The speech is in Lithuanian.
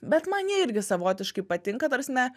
bet man jie irgi savotiškai patinka ta prasme